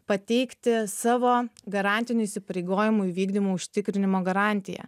pateikti savo garantinių įsipareigojimų įvykdymų užtikrinimo garantiją